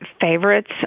favorites